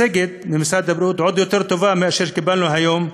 מצגת יותר טובה מזו שקיבלנו היום.